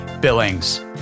billings